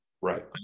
right